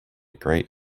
great